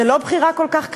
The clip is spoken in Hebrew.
זו לא בחירה כל כך קשה,